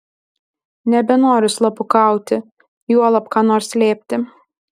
nebenoriu slapukauti juolab ką nors slėpti